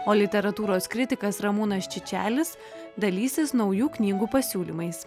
o literatūros kritikas ramūnas čičelis dalysis naujų knygų pasiūlymais